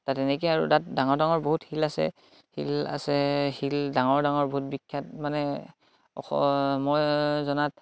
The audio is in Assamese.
তেনেকৈ আৰু তাত ডাঙৰ ডাঙৰ বহুত শিল আছে শিল আছে শিল ডাঙৰ ডাঙৰ বহুত বিখ্যাত মানে অস মই জনাত